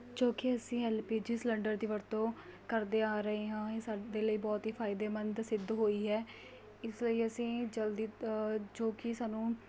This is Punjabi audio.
ਜੋ ਕਿ ਅਸੀਂ ਐੱਲ ਪੀ ਜੀ ਸਲੰਡਰ ਦੀ ਵਰਤੋਂ ਕਰਦੇ ਆ ਰਹੇ ਹਾਂ ਇਹ ਸਾਡੇ ਲਈ ਬਹੁਤ ਹੀ ਫਾਇਦੇਮੰਦ ਸਿੱਧ ਹੋਈ ਹੈ ਇਸ ਲਈ ਅਸੀਂ ਜਲਦੀ ਜੋ ਕਿ ਸਾਨੂੰ